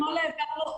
מה תמונת האיזון?